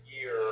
year